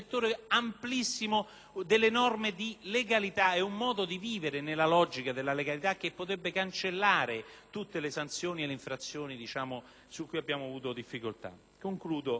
delle norme di legalità e un modo di vivere nella logica della legalità che potrebbe cancellare tutte le sanzioni e le infrazioni su cui abbiamo avuto difficoltà. Ritengo